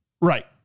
Right